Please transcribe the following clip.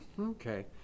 okay